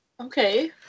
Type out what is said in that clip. okay